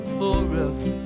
forever